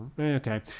okay